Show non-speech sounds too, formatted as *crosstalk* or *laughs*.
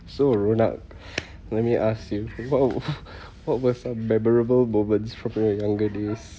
so ronak let me ask you what *laughs* what was a memorable moment from your younger days